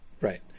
right